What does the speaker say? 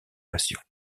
passions